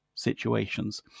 situations